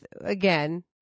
again